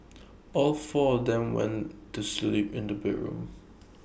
all four of them went to sleep in the bedroom